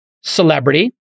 celebrity